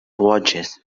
watches